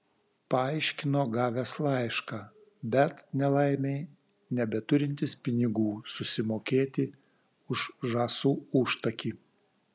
paaiškino gavęs laišką bet nelaimei nebeturintis pinigų susimokėti už žąsų užtakį